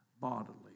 bodily